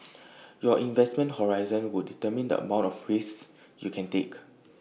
your investment horizon would determine the amount of risks you can take